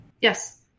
Yes